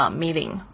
meeting